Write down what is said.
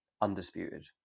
Undisputed